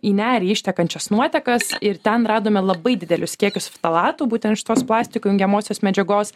į nerį ištekančias nuotekas ir ten radome labai didelius kiekius ftalatų būtent šitos plastiku jungiamosios medžiagos